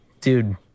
dude